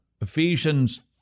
Ephesians